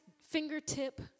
fingertip